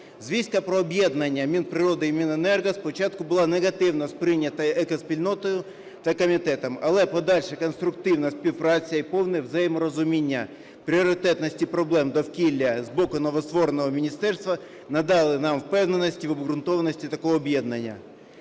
Звістка про об'єднання Мінприроди і Міненерго спочатку була негативно сприйнята екоспільнотою та комітетом, але подальша конструктивна співпраця і повне взаєморозуміння пріоритетності проблем довкілля з боку новоствореного міністерства надали нам впевненості в обґрунтованості такого об'єднання.